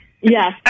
Yes